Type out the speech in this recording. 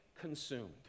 consumed